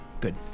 good